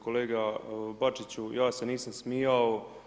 Kolega Bačiću ja se nisam smijao.